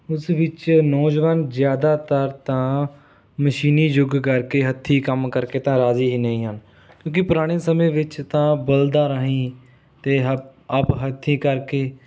ਉਸ ਵਿੱਚ ਨੌਜਵਾਨ ਜ਼ਿਆਦਾਤਰ ਤਾਂ ਮਸ਼ੀਨੀ ਯੁੱਗ ਕਰਕੇ ਹੱਥੀਂ ਕੰਮ ਕਰਕੇ ਤਾਂ ਰਾਜ਼ੀ ਹੀ ਨਹੀਂ ਹਨ ਕਿਉਂਕਿ ਪੁਰਾਣੇ ਸਮੇਂ ਵਿੱਚ ਤਾਂ ਬਲਦਾਂ ਰਾਹੀਂ ਅਤੇ ਹ ਆਪ ਹੱਥੀਂ ਕਰਕੇ